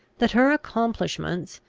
that her accomplishments,